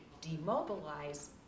demobilize